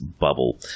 bubble